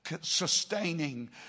sustaining